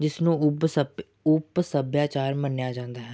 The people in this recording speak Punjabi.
ਜਿਸਨੂੰ ਉੱਭ ਸੱਭਿ ਉੱਪ ਸੱਭਿਆਚਾਰ ਮੰਨਿਆ ਜਾਂਦਾ ਹੈ